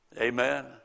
Amen